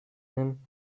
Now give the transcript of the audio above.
him